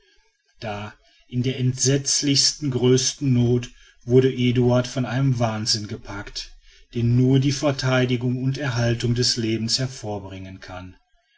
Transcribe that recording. da in der entsetzlichsten größten not wurde eduard von einem wahnsinn gepackt den nur die verteidigung und erhaltung des lebens hervorbringen kann